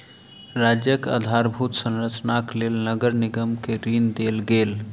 राज्यक आधारभूत संरचनाक लेल नगर निगम के ऋण देल गेल